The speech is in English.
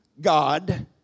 God